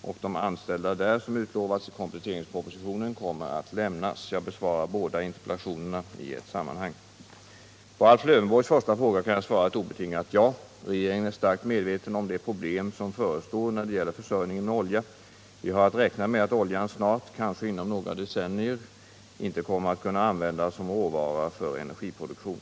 och de anställda där som utlovats i kompletteringspropositionen kommer att lämnas. e Jag besvarar båda interpellationerna i ett sammanhang. På Alf Lövenborgs första fråga kan jag svara ett obetingat ja. Regeringen är starkt medveten om de problem som förestår när det gäller försörjningen med ofja. Vi har att räkna med att oljan snart — kanske inom några decennier — inte kommer att kunna användas som råvara för energiproduktion.